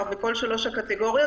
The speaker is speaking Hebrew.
כלומר בכל שלוש הקטגוריות,